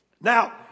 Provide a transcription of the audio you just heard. Now